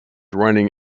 running